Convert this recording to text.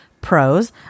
Pros